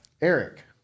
eric